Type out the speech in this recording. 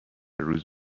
روز